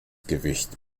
gewicht